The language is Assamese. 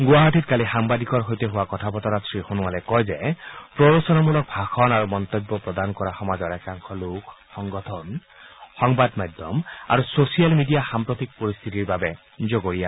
গুৱাহাটীত কালি সাংবাদিকৰ সৈতে হোৱা কথাবতৰাত শ্ৰীসোণোৱালে কয় যে প্ৰৰোচনামূলক ভাষণ আৰু মন্তব্য প্ৰদান কৰা সমাজৰ একাংশ লোক সংগঠন সংবাদ মাধ্যম আৰু ছোচিয়েল মিডিয়া সাম্প্ৰতিক পৰিস্থিতিৰ বাবে জগৰীয়া